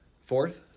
Fourth